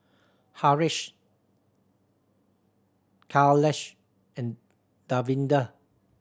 Haresh Kailash and Davinder